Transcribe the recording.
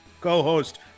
co-host